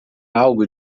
algo